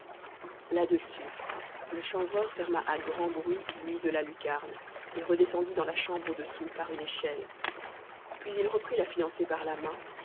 là-dessus le chanvreur ferma à grand bruit l'huis de la lucarne et redescendit dans la chambre au-dessous par une échelle puis il reprit la fiancée par la main